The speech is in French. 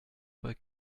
pas